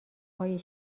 های